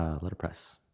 Letterpress